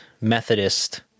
Methodist